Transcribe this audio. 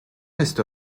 este